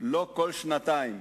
כל שנתיים.